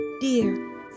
dear